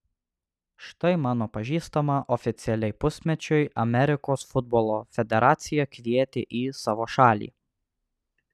štai mano pažįstamą oficialiai pusmečiui amerikos futbolo federacija kvietė į savo šalį